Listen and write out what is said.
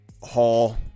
Hall